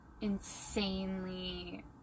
insanely